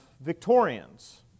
Victorians